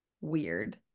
weird